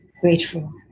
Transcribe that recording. grateful